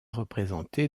représentés